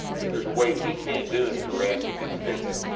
if theres a weight he cant do in thoracic extension,